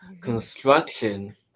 Construction